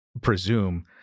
presume